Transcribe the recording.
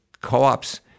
co-ops